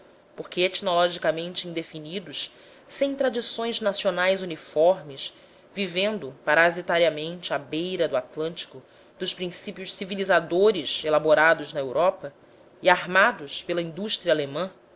porque etnologicamente indefinidos sem tradições nacionais uniformes vivendo parasitariamente à beira do atlântico dos princípios civilizadores elaborados na europa e armados pela indústria alemã